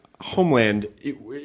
Homeland